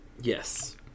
Yes